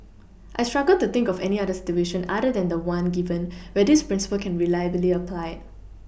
I struggle to think of any other situation other than the one given where this Principle can be reliably applied